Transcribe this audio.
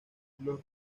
los